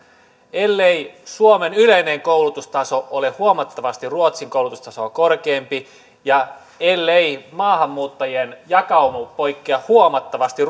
ellei suomen yleinen koulutustaso ole huomattavasti ruotsin koulutustasoa korkeampi ja ellei maahanmuuttajien jakauma poikkea huomattavasti